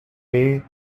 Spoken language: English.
bay